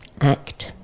act